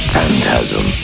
Phantasm